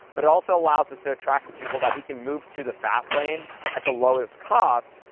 but also allows us to attract the people that we can move to the fast lane at the lowest cost,